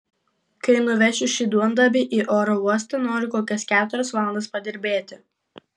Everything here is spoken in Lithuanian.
kai nuvešiu šį duondavį į oro uostą noriu kokias keturias valandas padirbėti